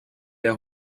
der